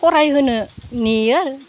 फरायहोनो नेयो आरो